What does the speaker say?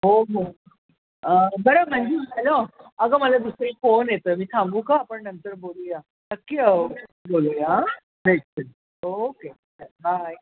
हो हो बरं हॅलो अगं मला दुसरी एक फोन येतो आहे मी थांबू का आपण नंतर बोलूया नक्की हाे बोलूया चल चल ओके चल बाय